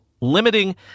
limiting